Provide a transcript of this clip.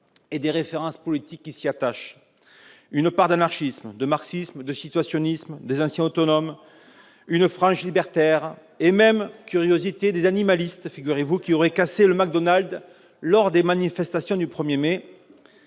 et des références politiques qui s'y attachent : une part d'anarchisme, de marxisme, de situationnisme, des anciens autonomes, une frange libertaire et même une curiosité, des « animalistes », figurez-vous, qui auraient cassé le McDonald's lors des manifestations du 1 mai.